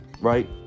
right